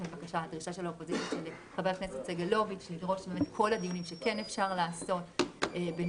של חבר הכנסת סגלוביץ' לדרוש שאת כל הדיונים שכן אפשר לעשות בנוכחות,